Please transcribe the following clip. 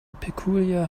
peculiar